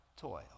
toil